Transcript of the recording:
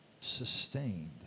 sustained